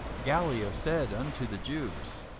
gallio said unto the jews,